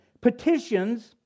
petitions